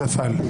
נפל.